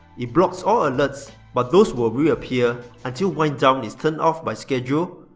it blocks all alerts but those will reappear until wind down is turned off by schedule,